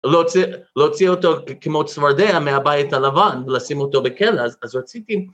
להוציא אותו כמו צווארדיה מהבית הלבן, לשים אותו בכלא, אז רציתי.